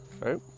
right